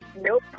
Nope